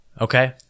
Okay